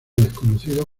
desconocido